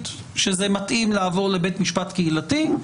שזה מתאים לעבור לבית משפט קהילתי,